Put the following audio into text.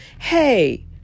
hey